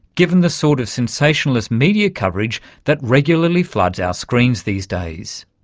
given the sort of sensationalist media coverage that regularly floods our screens these days.